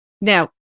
now